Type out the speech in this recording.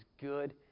good